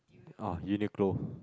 oh Uniqlo